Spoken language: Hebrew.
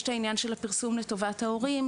יש את הפרסום לטובת ההורים,